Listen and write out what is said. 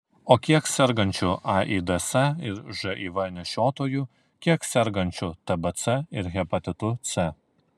o kiek sergančių aids ir živ nešiotojų kiek sergančių tbc ir hepatitu c